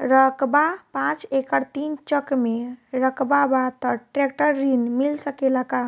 रकबा पांच एकड़ तीन चक में रकबा बा त ट्रेक्टर ऋण मिल सकेला का?